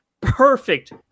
perfect